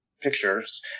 pictures